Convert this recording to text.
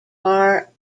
are